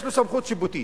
יש לו סמכות שיפוטית.